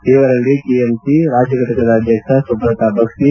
ಇವರಲ್ಲಿ ಟಿಎಂಸಿ ರಾಜ್ಯ ಫಟಕದ ಅಧ್ಯಕ್ಷ ಸುಬ್ರತಾ ಭಕ್ಷಿ